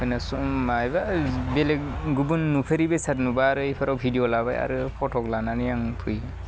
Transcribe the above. होनो सम माबेबा बेलेग गुबुन नुफेरि बेसाद नुबा आरो एफोराव भिदिअ लाबाय आरो पट'क लानानै आं फैयो